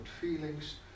feelings